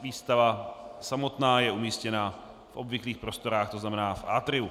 Výstava samotná je umístěna v obvyklých prostorách, to znamená v atriu.